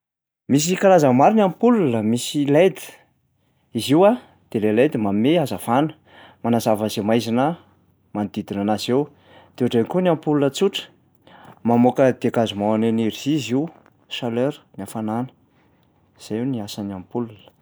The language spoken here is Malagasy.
Misy karazany maro ny ampola: misy led, izy io a de le led manome hazavana, manazava zay maizina manodidina anazy eo. De ohatr'zay koa ny ampola tsotra, mamoaka dégagement ana énergie izy io, chaleur- ny hafanana, zay ny asan'ny ampola.